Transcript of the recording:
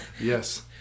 yes